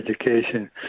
Education